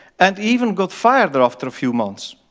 and even got fired after a few months.